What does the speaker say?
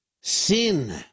sin